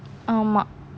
ஆமா:ama